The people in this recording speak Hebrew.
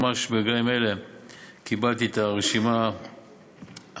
ממש ברגעים אלה קיבלתי את הרשימה הסופית,